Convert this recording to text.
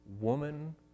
woman